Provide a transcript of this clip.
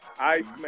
Iceman